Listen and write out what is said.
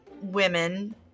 women